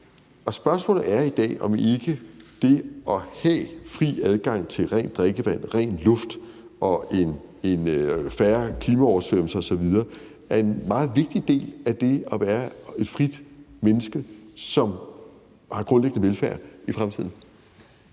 Spørgsmålet er i dag, om ikke det at have fri adgang til rent drikkevand og ren luft og have færre oversvømmelser som følge af klimaændringer osv. er en meget vigtig del af det at være et frit menneske, som har grundlæggende velfærd i fremtiden.